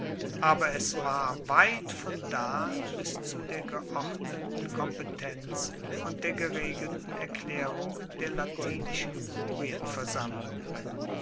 aber es war weit von da bis zu der geordneten kompetenz und der geregelten erklaerung der latinischen